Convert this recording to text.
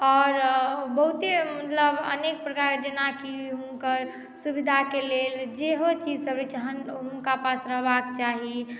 आओर बहुते मतलब अनेक प्रकार जेनाकी हुनकर सुविधा के लेल जेहो चीज सब होइ छै हुनका पास रहबाक चाही